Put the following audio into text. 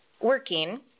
working